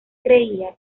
creía